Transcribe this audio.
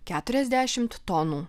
keturiasdešimt tonų